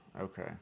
Okay